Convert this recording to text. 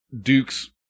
Duke's